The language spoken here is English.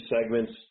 segments